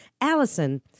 Allison